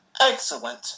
excellent